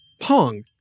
Pong